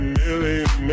million